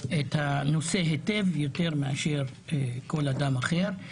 את הנושא טוב יותר מאשר כל אדם אחר.